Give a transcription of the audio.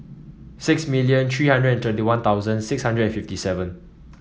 six million three hundred and thirty One Thousand six hundred and fifty seven